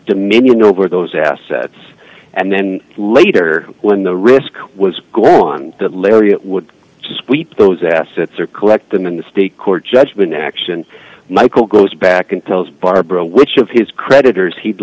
dominion over those assets and then later when the risk was gone the lariat would sweep those assets or collect them in the state court judgement action michael goes back and tells barbara which of his creditors he'd